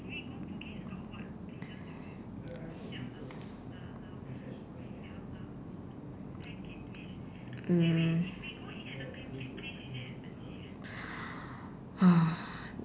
mm